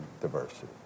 diversity